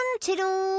Tiddle